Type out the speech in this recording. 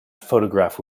photograph